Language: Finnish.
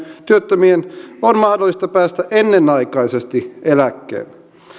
on mahdollista päästä ennenaikaisesti eläkkeelle